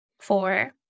Four